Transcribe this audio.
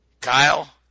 Kyle